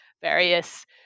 various